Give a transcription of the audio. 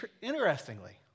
interestingly